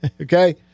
okay